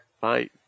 Bye